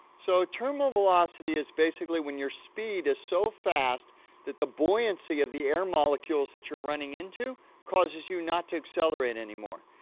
so, terminal velocity is basically when your speed is so fast that the buoyancy of the air molecules that you're running into causes you not to accelerate anymore.